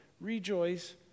Rejoice